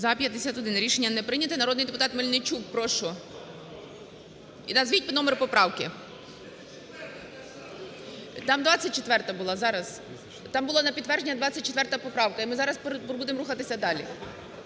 За-51 Рішення не прийняте. Народний депутат Мельничук. Прошу. І назвіть номер поправки. Там 24-а була. (Шум у залі) Зараз. Там була на підтвердження 24 поправка. І ми зараз будемо рухатися далі.